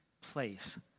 place